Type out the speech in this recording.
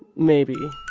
maybe